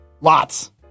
Lots